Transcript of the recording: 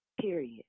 period